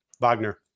Wagner